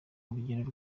urugendo